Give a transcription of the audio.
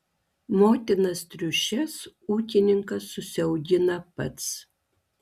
motinas triušes ūkininkas užsiaugina pats